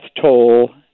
toll